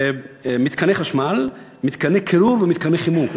מתקני חשמל, מתקני קירור ומתקני חימום.